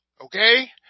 okay